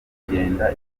kugenda